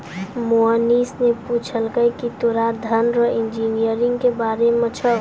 मोहनीश ने पूछलकै की तोरा धन रो इंजीनियरिंग के बारे मे छौं?